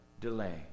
delay